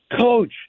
Coach